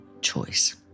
choice